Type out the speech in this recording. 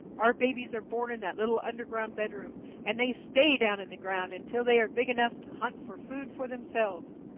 our babies are born in that little underground bedroom, and they stay down in the ground until they are big enough to hunt for food for themselves.